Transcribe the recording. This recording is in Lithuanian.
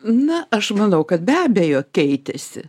na aš manau kad be abejo keitėsi